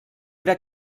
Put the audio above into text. era